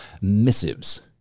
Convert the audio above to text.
missives